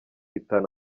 itanu